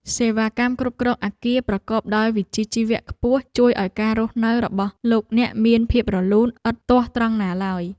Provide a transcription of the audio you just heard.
សេវាកម្មគ្រប់គ្រងអគារប្រកបដោយវិជ្ជាជីវៈខ្ពស់ជួយឱ្យការរស់នៅរបស់លោកអ្នកមានភាពរលូនឥតទាស់ត្រង់ណាឡើយ។